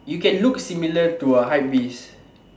you can look similar to a hypebeast